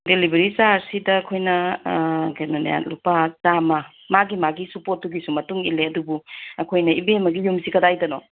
delivery ꯆꯥꯔꯖꯁꯤꯗ ꯑꯩꯈꯣꯏꯅ ꯀꯩꯅꯣꯅꯦ ꯂꯨꯄꯥ ꯆꯥꯝꯃ ꯃꯥꯒꯤ ꯃꯥꯒꯤꯁꯨ ꯄꯣꯠꯇꯨꯒꯤꯁꯨ ꯃꯇꯨꯡ ꯏꯜꯂꯦ ꯑꯗꯨꯕꯨ ꯑꯩꯈꯣꯏꯅ ꯏꯕꯦꯝꯃꯒꯤ ꯌꯨꯝꯁꯤ ꯀꯗꯥꯏꯗꯅꯣ